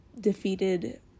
defeated